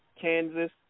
Kansas